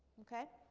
okay?